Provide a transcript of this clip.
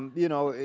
you know,